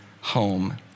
home